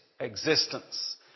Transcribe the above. existence